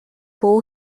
full